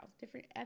different